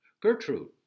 Gertrude